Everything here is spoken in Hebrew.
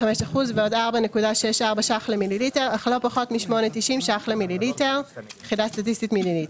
פטור145% + 4.64 ש"ח למ"ל אל"פ מ-8.90 ש"ח למ"ל - יחידה סטטיסטית מ"ל.